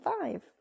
five